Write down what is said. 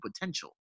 potential